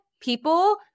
people